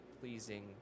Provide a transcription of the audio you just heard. pleasing